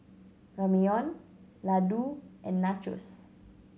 Ramyeon Ladoo and Nachos